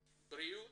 בריאות,